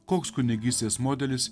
koks kunigystės modelis